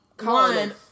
one